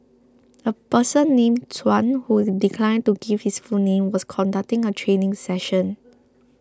a person named Chuan who declined to give his full name was conducting a training session